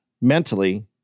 mentally